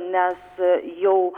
nes jau